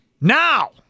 Now